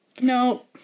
No